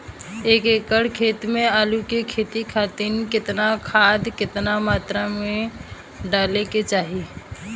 एक एकड़ खेत मे आलू के खेती खातिर केतना खाद केतना मात्रा मे डाले के चाही?